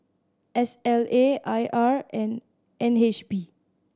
S L A I R and N H B